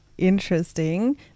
interesting